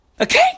Okay